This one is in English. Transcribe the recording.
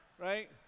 Right